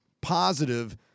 positive